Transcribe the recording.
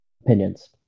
Opinions